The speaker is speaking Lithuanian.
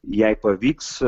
jei pavyks